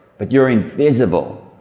but you're invisible.